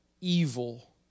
Evil